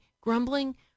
Grumbling